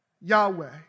Yahweh